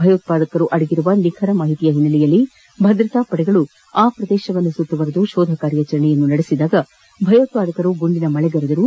ಭಯೋತ್ಪಾದಕರು ಅಡಗಿರುವ ನಿಖರ ಮಾಹಿತಿಯ ಹಿನ್ನೆಲೆಯಲ್ಲಿ ಭದ್ರತಾ ಪಡೆಗಳು ಆ ಪ್ರದೇಶವನ್ನು ಸುತ್ತುವರಿದು ಶೋಧ ಕಾರ್ಯಾಚರಣೆ ನಡೆಸಿದಾಗ ಭಯೋತ್ವಾದಕರು ಗುಂಡಿನ ಮಳೆಗರೆದರು